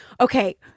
Okay